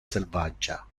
selvaggia